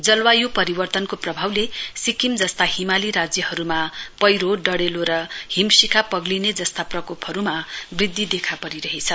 जलवाय् परिवर्तनको प्रभावले सिक्किम जस्ता हिमाली राज्यहरूमा पैह्रो डडेलो र हिमशिखा पग्लिने जस्ता प्रकोपहरूमा बृद्धि देखा परिरहेछ